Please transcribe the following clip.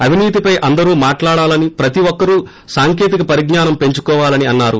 అవినీతిపై అందరూ మాట్లాడాలని ప్రతి ఒక్కరూ సాంకేతిక పరిజ్ఞానం పెంచుకోవాలని అన్నారు